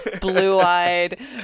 blue-eyed